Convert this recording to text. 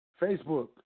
Facebook